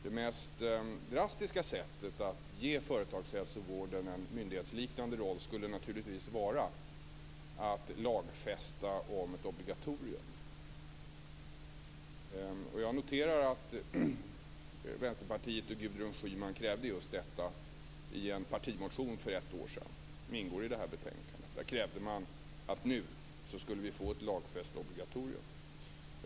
Det mest drastiska sättet att ge företagshälsovården en myndighetsliknande roll skulle naturligtvis vara att lagfästa om ett obligatorium. Och jag noterar att Vänsterpartiet och Gudrun Schyman för ett år sedan krävde just detta i en partimotion som ingår i detta betänkande. Där krävde man att vi nu skulle få ett lagfäst obligatorium.